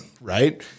right